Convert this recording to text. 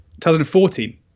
2014